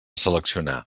seleccionar